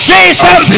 Jesus